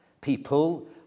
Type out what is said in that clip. people